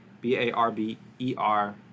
b-a-r-b-e-r